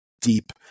deep